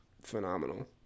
phenomenal